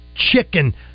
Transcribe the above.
chicken